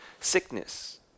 sickness